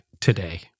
today